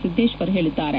ಸಿದ್ದೇಶ್ವರ ಹೇಳಿದ್ದಾರೆ